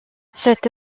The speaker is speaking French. cette